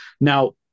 Now